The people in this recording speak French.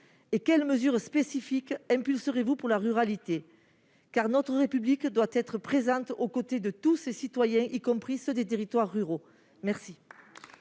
? Quelles mesures spécifiques impulserez-vous pour la ruralité ? Notre République doit être présente aux côtés de tous ses citoyens, y compris ceux des territoires ruraux. La